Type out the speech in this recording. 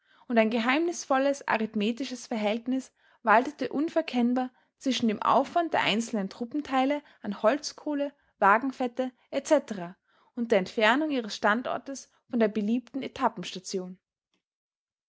und ein geheimnisvolles aritmethisches verhältnis waltete unverkennbar zwischen dem aufwand der einzelnen truppenteile an holzkohle wagenfette etc und der entfernung ihres standortes von der beliebten